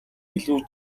илүү